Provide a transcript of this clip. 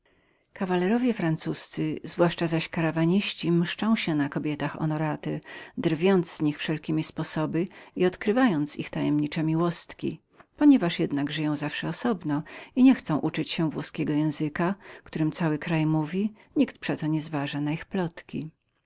kawalerowie francuzcy zwłaszcza zaś karawaniści mszczą się na zaszczytnych kobietach drwiąc z nich wszelkiemi sposoby i odkrywając ich tajemne stosunki ponieważ jednak żyją zawsze osobno i niechcą uczyć się włoskiego języka którym cały kraj mówi nikt przeto nie zważa na ich plotki